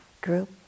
group